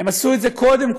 הם עשו את זה קודם כול,